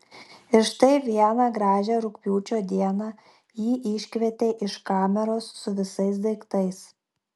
ir štai vieną gražią rugpjūčio dieną jį iškvietė iš kameros su visais daiktais